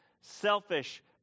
selfish